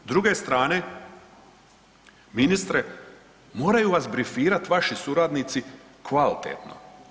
S druge strane, ministre moraju vas brifirati vaši suradnici kvalitetno.